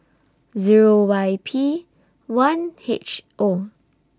Zero Y P one H O